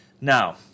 Now